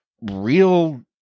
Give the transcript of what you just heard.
real